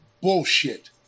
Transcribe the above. bullshit